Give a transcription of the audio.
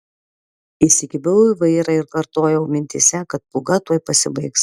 įsikibau į vairą ir kartojau mintyse kad pūga tuoj pasibaigs